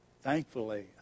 thankfully